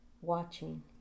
watching